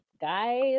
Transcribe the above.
guys